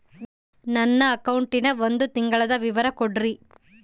ನನ್ನ ಅಕೌಂಟಿನ ಒಂದು ತಿಂಗಳದ ವಿವರ ಕೊಡ್ರಿ?